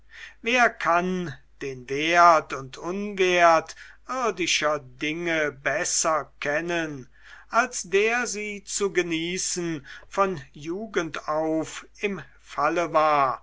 wer kann den wert und unwert irdischer dinge besser kennen als der sie zu genießen von jugend auf im falle war